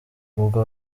ubwo